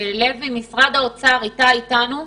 משרד האוצר, איתי איתנו?